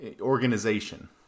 organization